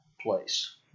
place